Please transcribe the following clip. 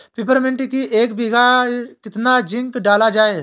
Peppermint की एक बीघा कितना जिंक डाला जाए?